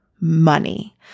money